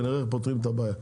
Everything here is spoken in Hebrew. ונראה איך פותרים את הבעיה.